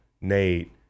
Nate